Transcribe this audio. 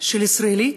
של ישראלי,